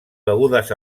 begudes